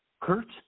Kurt